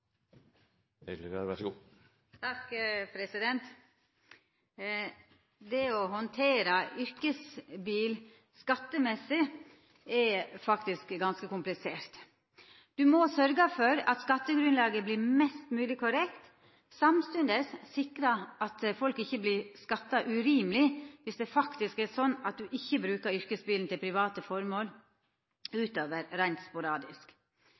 faktisk ganske komplisert. Du må sørgja for at skattegrunnlaget vert mest mogleg korrekt, og samstundes sikra at folk ikkje vert skatta urimeleg viss det faktisk er sånn at du ikkje brukar yrkesbilen til private formål utover reint sporadisk.